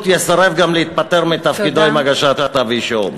יסרב גם להתפטר מתפקידו עם הגשת כתב-אישום.